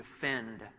defend